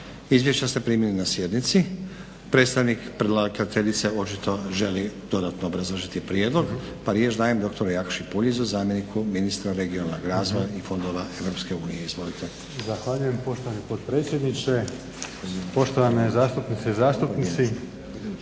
Izvješća ste primili na sjednici. Predstavnike predlagateljice očito dodatno obrazložiti prijedlog pa riječ dajem doktoru Jakši Puljiz zamjeniku ministra regionalnog razvoja i fondova EU. Izvolite. **Puljiz, Jakša** Zahvaljujem poštovani potpredsjedniče, poštovane zastupnice i zastupnici.